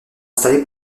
installés